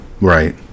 Right